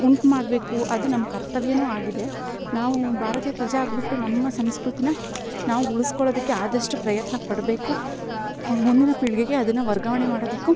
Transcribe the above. ಉಂಟು ಮಾಡಬೇಕು ಅದು ನಮ್ಮ ಕರ್ತವ್ಯ ಆಗಿದೆ ನಾವು ಭಾರತೀಯ ಪ್ರಜೆ ಆಗಿಬಿಟ್ಟು ನಮ್ಮ ಸಂಸ್ಕೃತಿನ ನಾವು ಉಳಿಸ್ಕೊಳ್ಳೋದಕ್ಕೆ ಆದಷ್ಟು ಪ್ರಯತ್ನ ಪಡಬೇಕು ಮುಂದಿನ ಪೀಳಿಗೆಗೆ ಅದನ್ನು ವರ್ಗವಣೆ ಮಾಡೋದಿಕ್ಕು